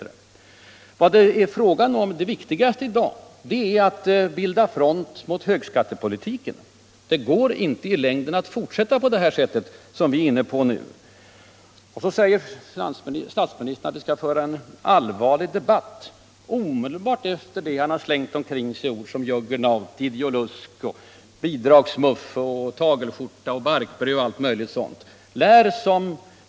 Det viktigaste i dag är att bilda ”front mot högskattepolitiken”. Det går inte i längden att fortsätta på den väg som vi är inne på nu. Så säger statsministern att vi skall föra en allvarlig debatt — omedelbart efter det att han har slängt omkring sig ord som jaggernaut, ideolusk, bidragsmuffe, tagelskjorta, barkbröd och allt möjligt sådant.